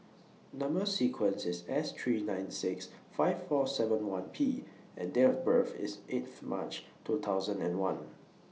Number sequence IS S three nine six five four seven one P and Date of birth IS eighth March two thousand and one